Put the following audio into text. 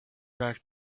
back